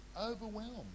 overwhelmed